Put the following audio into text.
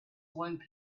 one